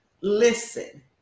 Listen